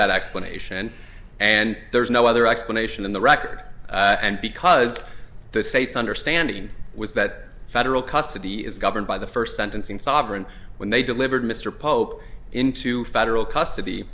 that explanation and there's no other explanation in the record and because the state's understanding was that federal custody is governed by the first sentencing sovereign when they delivered mr pope into federal custody